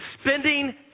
spending